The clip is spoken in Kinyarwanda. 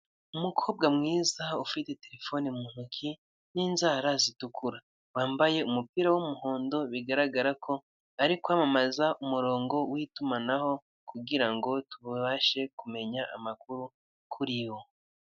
Umukobwa mwiza ufite telefone mu ntoki n'inzara zitukura wambaye umupira w'umuhondo bigaragara ko ari kwamamaza umurongo w'itumanaho kugira ngo tubashe kumenya amakuru kuri wo.